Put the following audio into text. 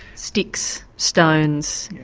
sticks, stones,